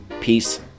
Peace